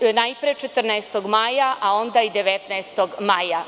najpre 14. maja, a onda i 19. maja.